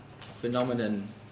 phenomenon